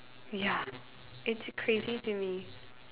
ya it's crazy to me